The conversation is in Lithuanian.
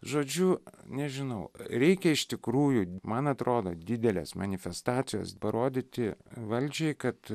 žodžiu nežinau reikia iš tikrųjų man atrodo didelės manifestacijos parodyti valdžiai kad